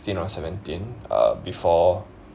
or seventeen uh before